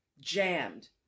jammed